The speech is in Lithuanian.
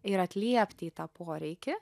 ir atliepti į tą poreikį